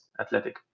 Athletic